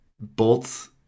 bolts